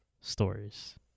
stories